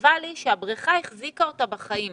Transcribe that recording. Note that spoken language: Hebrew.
שכתבה לי שהבריכה החזיקה אותה בחיים,